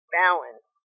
balance